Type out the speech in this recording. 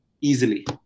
easily